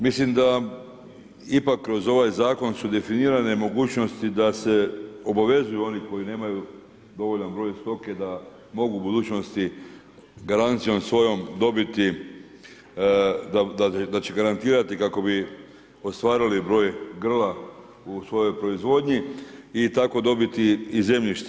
Mislim da ipak kroz ovaj zakon su definirane mogućnosti da se obavezuju oni koji nemaju dovoljan broj stoke da mogu u budućnosti garancijom svojom dobiti, da će garantirati kako bi ostvarili broj grla u svojoj proizvodnji i tako dobiti i zemljište.